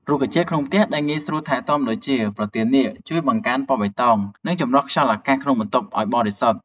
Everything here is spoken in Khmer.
រុក្ខជាតិក្នុងផ្ទះដែលងាយស្រួលថែទាំដូចជា ដើមប្រទាលនាគ ជួយបង្កើនពណ៌បៃតង និងចម្រោះខ្យល់អាកាសក្នុងបន្ទប់ឱ្យបរិសុទ្ធ។